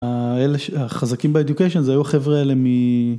האלה ש... החזקים באידיוקיישן זה לא החבר'ה האלה מ...